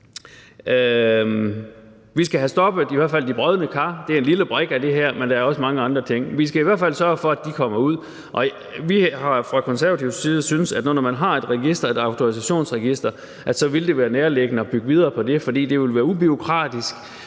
fald have stoppet de brodne kar. Det er en lille brik i det her, og der er også mange andre ting. Men vi skal i hvert fald sørge for, at de kommer ud. Vi har fra Konservatives side syntes, at når man har et autorisationsregister, så ville det være nærliggende at bygge videre på det, fordi det ville være ubureaukratisk